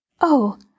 Oh